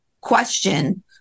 question